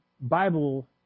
Bible